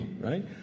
right